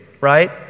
right